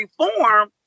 reform